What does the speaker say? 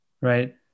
Right